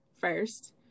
first